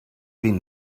been